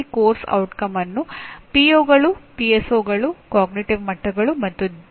ನಾವು ಈ ಪದಗಳನ್ನು ಮತ್ತು ಈ ಪರಿಕಲ್ಪನೆಯನ್ನು ಮುಂದಿನ ಪಾಠದಲ್ಲಿ ಅನ್ವೇಷಿಸುತ್ತೇವೆ